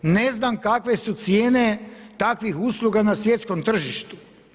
Ne znam kakve su cijene takvih usluga na svjetskom tržištu.